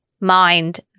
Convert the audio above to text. Mind